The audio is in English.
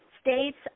states